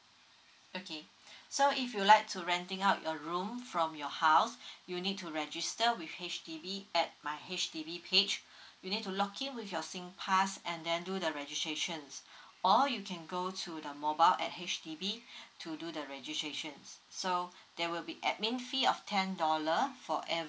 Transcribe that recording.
okay so if you like to renting out your room from your house you need to register with H_D_B at my H_D_B page we need to log in with your sing pass and then do the registrations or you can go to your mobile at H_D_B to do the registrations so there will be admin fee of ten dollar for every